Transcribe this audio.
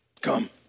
Come